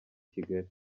kigali